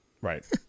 Right